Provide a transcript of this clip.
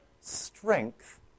strength